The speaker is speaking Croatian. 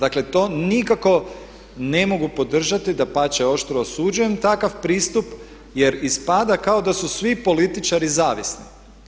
Dakle, to nikako ne mogu podržati, dapače oštro osuđujem takav pristup jer ispada kao da su svi političari zavisni.